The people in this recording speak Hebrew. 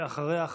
ואחריה,